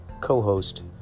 co-host